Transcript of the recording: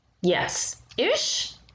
yes-ish